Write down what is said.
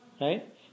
right